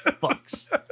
Bucks